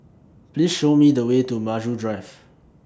Please Show Me The Way to Maju Drive